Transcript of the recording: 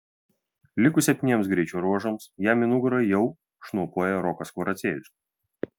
likus septyniems greičio ruožams jam į nugarą jau šnopuoja rokas kvaraciejus